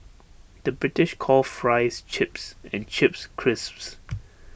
the British calls Fries Chips and Chips Crisps